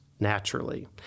Naturally